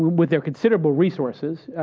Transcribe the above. with their considerable resources ah.